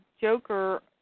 Joker